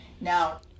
now